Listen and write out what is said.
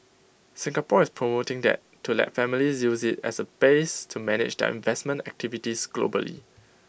Singapore is promoting that to let families use IT as A base to manage their investment activities globally